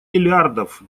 миллиардов